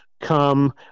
come